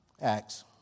Acts